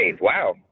Wow